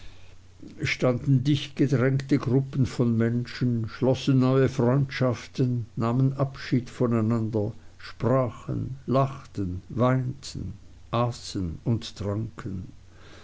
standen dicht gedrängt gruppen von menschen schlossen neue freundschaften nahmen abschied voneinander sprachen lachten weinten aßen und tranken